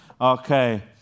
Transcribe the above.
Okay